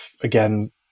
again